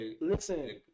listen